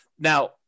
Now